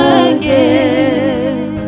again